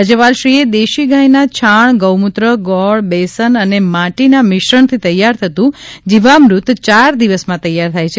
રાજ્યપાલશ્રીએ દેશી ગાયના છાણ ગૌ મૂત્ર ગોળ બેસન અને માટીના મિશ્રણથી તૈયાર થતું જીવામૃત ચાર દિવસમાં તૈયાર થાય છે